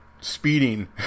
speeding